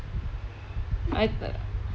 I